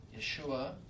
Yeshua